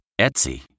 Etsy